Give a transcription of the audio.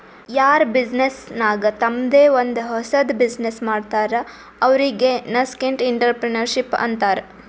ಯಾರ್ ಬಿಸಿನ್ನೆಸ್ ನಾಗ್ ತಂಮ್ದೆ ಒಂದ್ ಹೊಸದ್ ಬಿಸಿನ್ನೆಸ್ ಮಾಡ್ತಾರ್ ಅವ್ರಿಗೆ ನಸ್ಕೆಂಟ್ಇಂಟರಪ್ರೆನರ್ಶಿಪ್ ಅಂತಾರ್